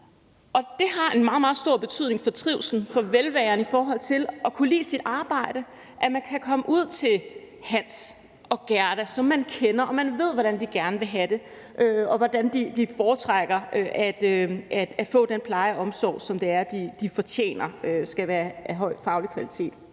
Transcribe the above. det har en meget, meget stor betydning for trivslen og velværet i forhold til at kunne lide sit arbejde, at man kan komme ud til Hans og Gerda, som man kender og ved hvordan gerne vil have det; at man ved, hvordan de foretrækker at få den pleje og omsorg, som de fortjener, og som skal være af høj faglig kvalitet.